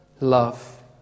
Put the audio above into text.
love